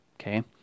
okay